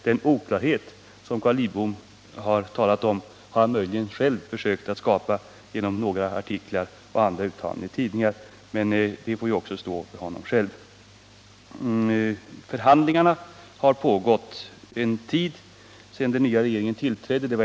Den oklarhet som Carl Lidbom har talat om har han möjligen själv försökt skapa genom några artiklar och andra uttalanden i tidningar, mer dem får han ju också stå för själv. Förhandlingarna har pågått en tid sedan den nya regeringen tillträdde.